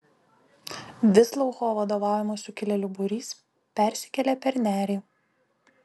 visloucho vadovaujamas sukilėlių būrys persikėlė per nerį